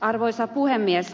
arvoisa puhemies